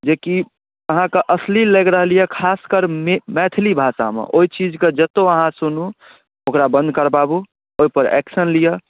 जे कि अहाँकेँ अश्लील लागि रहल यए खासकर मै मैथिली भाषामे ओहि चीजके जतय अहाँ सुनू ओकरा बन्द करबाबू ओहिपर एक्शन लिअ